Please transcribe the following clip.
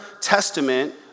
testament